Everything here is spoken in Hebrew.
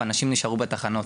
ואנשים נשארו בתחנות.